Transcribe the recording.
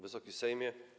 Wysoki Sejmie!